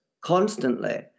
constantly